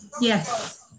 Yes